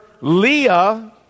Leah